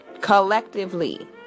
collectively